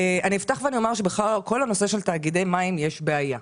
אני אפתח ואומר שבכל הנושא של תאגידי מים יש בעיה.